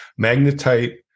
magnetite